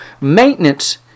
Maintenance